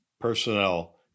personnel